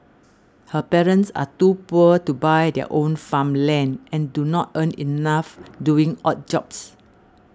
her parents are too poor to buy their own farmland and do not earn enough doing odd jobs